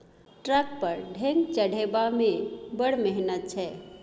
truck पर ढेंग चढ़ेबामे बड़ मिहनत छै